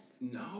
No